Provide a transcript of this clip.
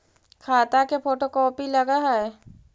खाता के photo copy लगहै?